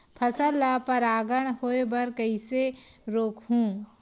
फसल ल परागण होय बर कइसे रोकहु?